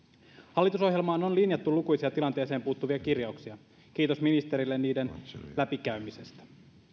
hallitusohjelmaan on linjattu lukuisia tilanteeseen puuttuvia kirjauksia kiitos ministerille niiden läpikäymisestä